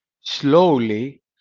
slowly